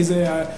כי זה לסימפוזיון,